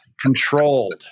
controlled